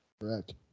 Correct